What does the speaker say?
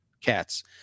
cats